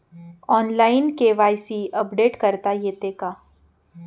Online KYC update करता येते का?